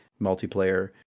Multiplayer